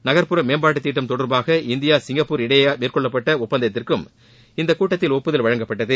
நகர்ப்புற மேம்பாட்டு திட்டம் தொடர்பாக இந்தியா சிங்கப்பூர் இடையே மேற்கொள்ளப்பட்ட ஒப்பந்தத்திற்கும் இக்கூட்டத்தில் ஒப்புதல் வழங்கப்பட்டது